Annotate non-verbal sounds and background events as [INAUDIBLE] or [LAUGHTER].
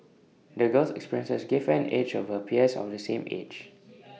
the girl's experiences gave her an edge over her peers of the same age [NOISE]